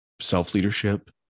self-leadership